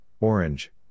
Orange